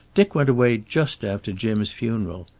dick went away just after jim's funeral.